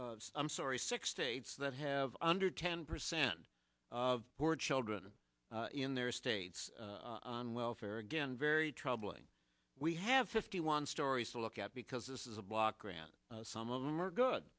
i'm sorry six states that have under ten percent were children in their states on welfare again very troubling we have fifty one stories to look at because this is a block grant some of them are good